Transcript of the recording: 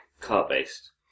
car-based